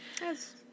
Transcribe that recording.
Yes